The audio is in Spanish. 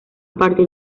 partir